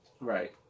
right